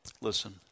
Listen